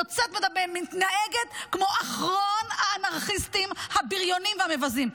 יוצאת ומתנהגת כמו אחרון האנרכיסטים הבריונים והמבזים.